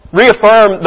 reaffirm